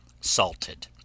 SALTED